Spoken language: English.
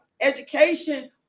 education